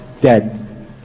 dead